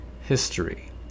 history